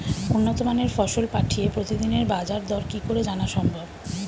উন্নত মানের ফসল পাঠিয়ে প্রতিদিনের বাজার দর কি করে জানা সম্ভব?